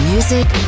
Music